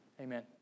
Amen